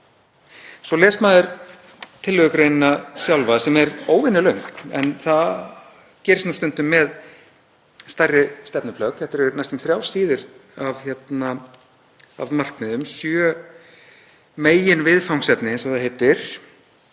Svo les maður tillögugreinina sjálfa sem er óvenjulöng, en það gerist stundum með stærri stefnuplögg, þetta eru næstum þrjár síður af markmiðum, sjö meginviðfangsefni eins og það heitir,